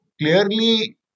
clearly